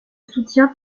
soutien